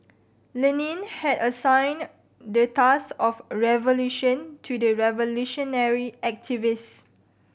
Lenin had assigned the task of revolution to the revolutionary activist